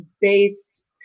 based